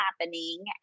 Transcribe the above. happening